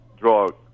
drug